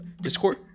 discord